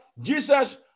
Jesus